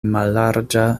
mallarĝa